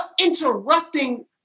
interrupting